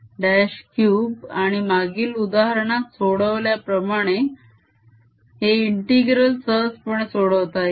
आणि मागील उदाहरणात सोदावाल्याप्रमाणे हे इंतीग्रल सहजपणे सोडवता येईल